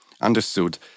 Understood